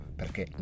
perché